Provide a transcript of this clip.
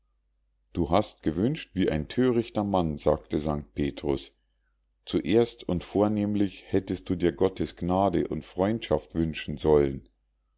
du hast gewünscht wie ein thörichter mann sagte st petrus zuerst und vornehmlich hättest du dir gottes gnade und freundschaft wünschen sollen